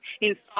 inside